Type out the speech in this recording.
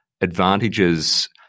advantages